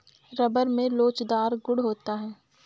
rubber में लोचदार गुण होता है